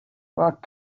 rock